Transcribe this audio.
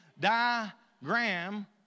diagram